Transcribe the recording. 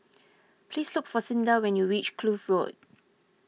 please look for Cinda when you reach Kloof Road